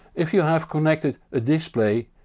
if you have connected a display,